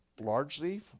largely